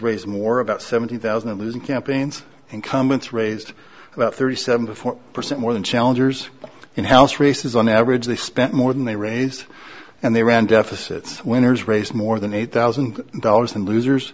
raise more about seventy thousand and losing campaigns incumbents raised about thirty seven to four percent more than challengers in house races on average they spent more than they raised and they ran deficits winners raised more than eight thousand dollars and losers